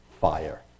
fire